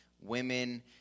women